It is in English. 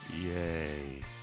Yay